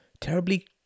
terribly